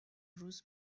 روز